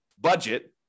budget